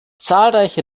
zahlreiche